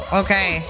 okay